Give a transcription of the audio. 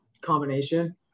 combination